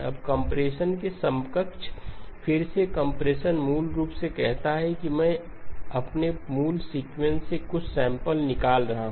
अब कंप्रेशन का समकक्ष फिर से कंप्रेशन मूल रूप से कहता है कि मैं अपने मूल सीक्वेंस से कुछ सैंपल निकाल रहा हूं